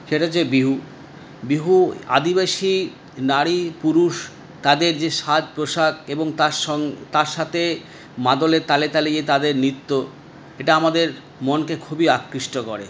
সেটা হচ্ছে বিহু বিহু আদিবাসী নারী পুরুষ তাদের যে সাজপোশাক এবং তার সঙ তার সাথে মাদলের তালে তালে যে তাদের নৃত্য এটা আমাদের মনকে খুবই আকৃষ্ট করে